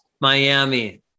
Miami